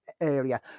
area